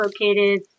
located